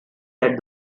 that